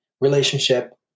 relationship